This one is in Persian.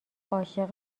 عاشق